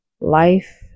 life